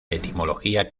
etimología